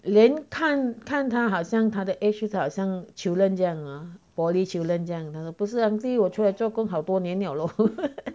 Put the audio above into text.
连看看他好像他的 age 好像 children 这样啊 poly children 这样不是 auntie 我出来做工好多年了 lor